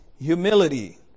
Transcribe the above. humility